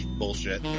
bullshit